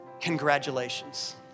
congratulations